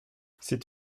c’est